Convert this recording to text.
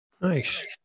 Nice